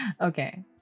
Okay